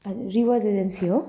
हजुर रिवाज एजेन्सी हो